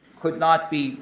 could not be